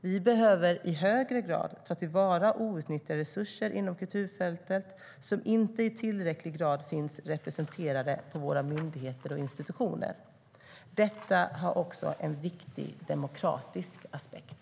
Vi behöver i högre grad ta till vara outnyttjade resurser inom kulturfältet, som inte i tillräcklig grad finns representerade på våra myndigheter och institutioner. Detta har också en viktig demokratisk aspekt.